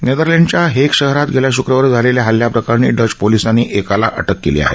नेदरलँडसच्या Hague शहरात गेल्या शुक्रवारी झालेल्या हल्ल्याप्रकरणी डच पोलीसांनी एकाला अटक केली आहे